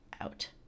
out